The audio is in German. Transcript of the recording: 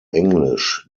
englisch